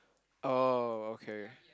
oh okay